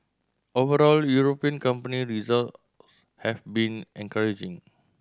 overall European company result have been encouraging